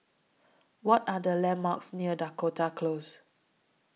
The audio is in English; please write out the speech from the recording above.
What Are The landmarks near Dakota Close